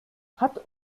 hat